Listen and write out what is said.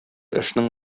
эшнең